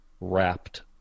wrapped